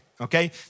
okay